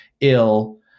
ill